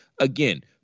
Again